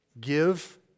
give